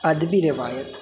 ادبی روایت